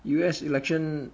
U_S election